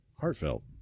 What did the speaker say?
heartfelt